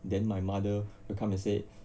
then my mother will come and say